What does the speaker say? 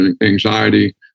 anxiety